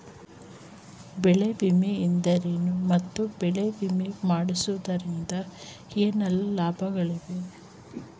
ಬೆಳೆ ವಿಮೆ ಎಂದರೇನು ಮತ್ತು ಬೆಳೆ ವಿಮೆ ಮಾಡಿಸುವುದರಿಂದ ಏನೆಲ್ಲಾ ಲಾಭಗಳಿವೆ?